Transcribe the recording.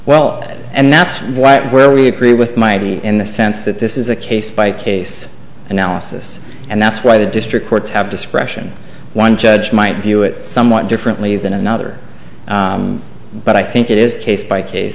well and that's where we agree with mighty in the sense that this is a case by case analysis and that's why the district courts have discretion one judge might view it somewhat differently than another but i think it is case by case